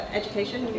education